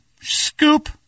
Scoop